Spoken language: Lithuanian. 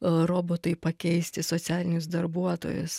robotai pakeisti socialinius darbuotojus